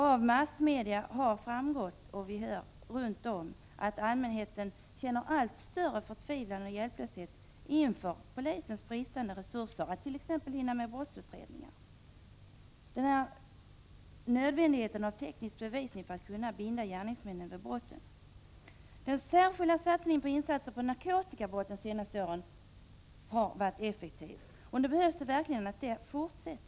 Av massmedia har framgått — och det kan vi också höra runt omkring oss — att allmänheten känner allt större förtvivlan och hjälplöshet inför polisens brist på resurser när det gäller att hinna med t.ex. brottsutredning. Teknisk bevisning är nödvändig för att man skall kunna binda gärningsmannen vid brottet. De senaste årens särskilda satsning på insatser mot narkotikabrotten har varit effektiv. Nu är det verkligen nödvändigt att den fortsätts.